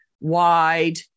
wide